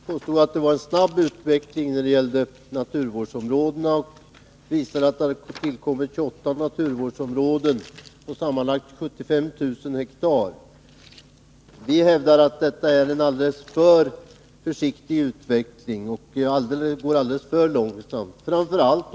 Herr talman! Lennart Brunander påstod att det var en snabb utveckling som pågick när det gällde naturvårdsområdena, och han visade att det hade tillkommit 28 naturvårdsområden på sammanlagt 75 000 hektar. Vi hävdar att detta är en alldeles för försiktig utveckling, att den går alldeles för långsamt.